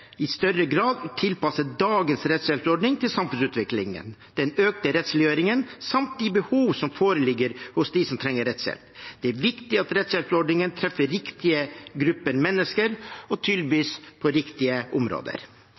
grad tilpasser dagens rettshjelpsordning til samfunnsutviklingen, den økte rettsliggjøringen samt de behov som foreligger hos dem som trenger rettshjelp. Det er viktig at rettshjelpsordningen treffer riktige grupper mennesker og tilbys på riktige områder.